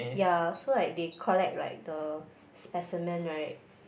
ya so like they collect like the specimen right